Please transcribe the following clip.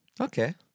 Okay